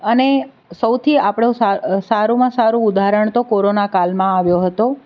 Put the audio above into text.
અને સૌથી આપણો સારુમાં સારું ઉદાહરણ તો કોરોના કાળમાં આવ્યો હતો